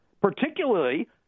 particularly